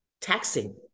taxing